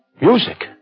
Music